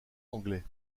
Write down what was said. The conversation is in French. anglais